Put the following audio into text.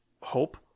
hope